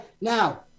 Now